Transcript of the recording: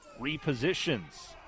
repositions